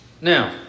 Now